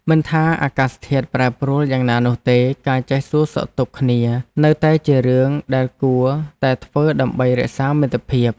មិនថាអាកាសធាតុប្រែប្រួលយ៉ាងណានោះទេ ការចេះសួរសុខទុក្ខគ្នានៅតែជារឿងដែលគួរតែធ្វើដើម្បីរក្សាមិត្តភាព។